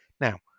now